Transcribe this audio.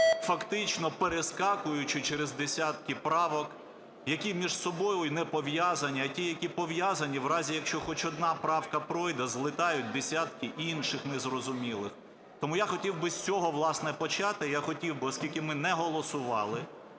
фактично перескакуючи через десятки правок, які між собою не пов'язані, а ті, які пов'язані, в разі якщо хоч одна правка пройде, злітають десятки інших незрозумілих. Тому я хотів би з цього, власне, почати. Я хотів би, оскільки ми не голосували,